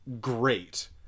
great